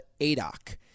ADOC